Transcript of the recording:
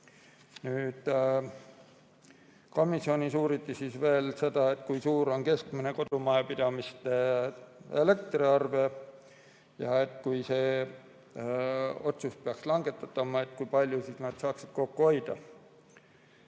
Komisjonis uuriti veel seda, kui suur on keskmine kodumajapidamiste elektriarve ja kui see otsus peaks langetatama, siis kui palju nad saaksid kokku hoida.